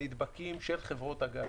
נדבקים של חברות הגז.